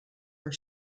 are